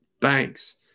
banks